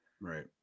Right